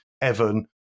Evan